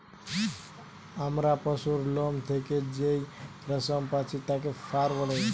আমরা পশুর লোম থেকে যেই রেশম পাচ্ছি তাকে ফার বলে